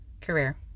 career